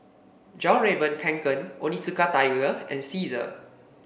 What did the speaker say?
Fjallraven Kanken Onitsuka Tiger and Cesar